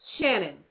Shannon